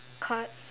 cards